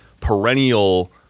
perennial